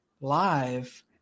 live